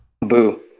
Boo